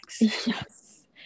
Yes